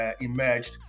emerged